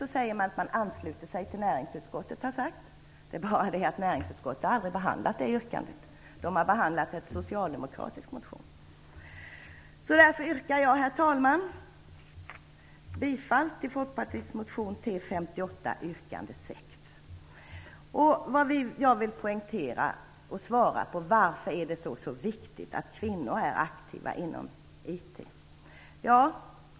Där säger man att man ansluter sig till vad näringsutskottet har sagt. Det är bara det att näringsutskottet har aldrig har behandlat det yrkandet. Det har behandlat en socialdemokratisk motion. Därför yrkar jag, herr talman, bifall till Folkpartiets motion T 58 yrkande 6. Jag vill poängtera och svara på varför det är så viktigt att kvinnor är aktiva inom IT.